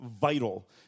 vital